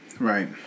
Right